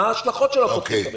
מה ההשלכות שלכם על המשק?